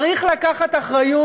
צריך לקחת אחריות.